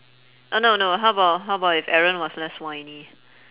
oh no no how about how about if eren was less whiny